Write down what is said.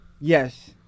Yes